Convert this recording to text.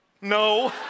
No